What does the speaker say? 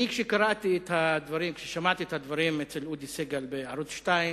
כששמעתי את הדברים אצל אודי סגל בערוץ-2,